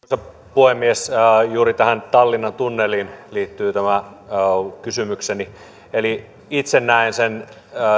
puhemies juuri tallinnan tunneliin liittyy tämä kysymykseni eli itse näen sen